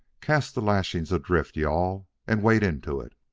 cast the lashings adrift, you-all, and wade into it!